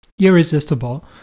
irresistible